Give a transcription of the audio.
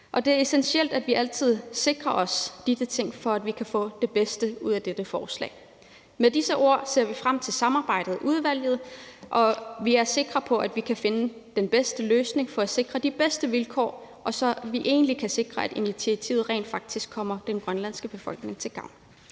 Det er essentielt, at vi altid sikrer os disse ting, for at vi kan få det bedste ud af dette forslag. Med disse ord vil jeg sige, at vi ser frem til samarbejdet i udvalget. Vi er sikre på, at vi kan finde den bedste løsning for at sikre de bedste vilkår for, at initiativet rent faktisk kommer den grønlandske befolkning til gavn.